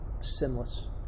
sinless